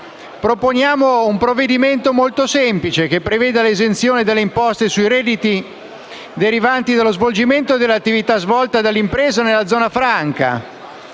Proponiamo allora una misura molto semplice che prevede: l'esenzione dalle imposte sui redditi derivanti dallo svolgimento delle attività da impresa nella zona franca